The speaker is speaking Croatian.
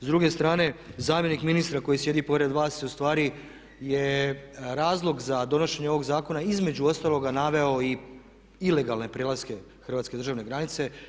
S druge strane, zamjenik ministra koji sjedi pored vas je u stvari razlog za donošenje ovog zakona između ostaloga naveo i ilegalne prelaske hrvatske državne granice.